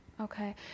okay